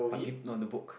but peep not in the book